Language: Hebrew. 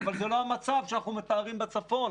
אבל זה לא המצב שאנחנו מתארים בצפון.